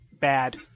bad